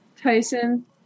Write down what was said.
Tyson